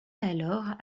alors